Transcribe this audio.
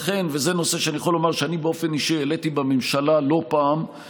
זה נושא שאני יכול לומר שאני באופן אישי העליתי בממשלה לא פעם,